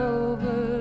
over